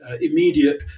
immediate